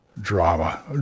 Drama